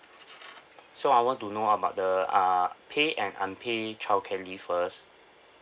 so I want to know about the uh pay and unpaid childcare leave first